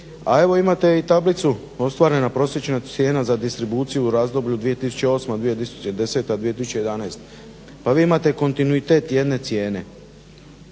a evo imate i tablicu ostvarena prosječna cijena za distribuciju u razdoblju 2008.-2010.-2011.pa vi imate kontinuitet jedne cijene.